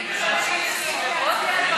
אני מתנצלת בפני שאר באי הבית,